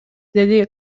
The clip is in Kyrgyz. деди